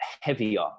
heavier